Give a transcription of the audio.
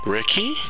Ricky